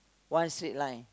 one straight line